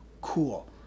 cool